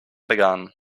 began